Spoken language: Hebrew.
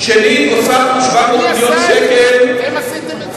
מי עשה את זה, אתם עשיתם את זה?